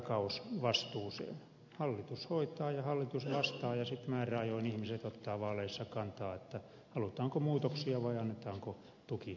hallitus hoitaa ja hallitus vastaa ja sitten määräajoin ihmiset ottavat vaaleissa kantaa halutaanko muutoksia vai annetaanko tuki nykymenolle